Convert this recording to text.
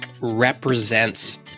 represents